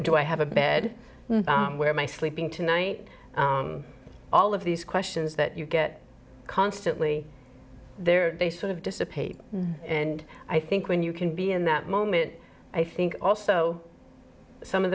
do i have a bed where my sleeping tonight all of these questions that you get constantly there they sort of dissipate and i think when you can be in that moment i think also some of